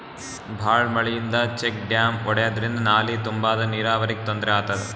ಭಾಳ್ ಮಳಿಯಿಂದ check dam ಒಡ್ಯಾದ್ರಿಂದ ನಾಲಿ ತುಂಬಾದು ನೀರಾವರಿಗ್ ತೊಂದ್ರೆ ಆತದ